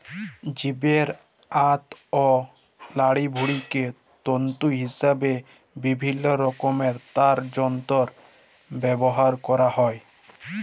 জীবের আঁত অ লাড়িভুঁড়িকে তল্তু হিসাবে বিভিল্ল্য রকমের তার যল্তরে ব্যাভার ক্যরা হ্যয়